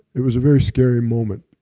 it was a very scary moment.